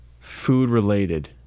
food-related